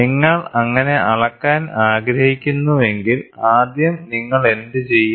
നിങ്ങൾ അങ്ങനെ അളക്കാൻ ആഗ്രഹിക്കുന്നുവെങ്കിൽ ആദ്യം നിങ്ങൾ എന്തുചെയ്യും